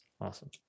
Awesome